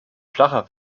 flacher